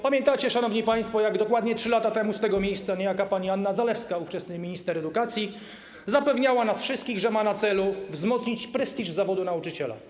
Pamiętacie, szanowni państwo, jak dokładnie 3 lata temu z tego miejsca niejaka pani Anna Zalewska, ówczesna minister edukacji, zapewniała nas wszystkich, że ma na celu wzmocnić prestiż zawodu nauczyciela?